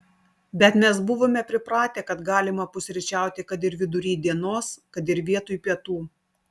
bet mes buvome pripratę kad galima pusryčiauti kad ir vidury dienos kad ir vietoj pietų